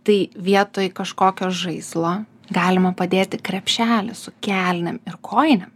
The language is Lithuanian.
tai vietoj kažkokio žaislo galima padėti krepšelį su kelnėm ir kojinėm